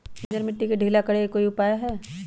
बंजर मिट्टी के ढीला करेके कोई उपाय है का?